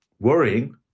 worrying